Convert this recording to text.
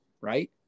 Right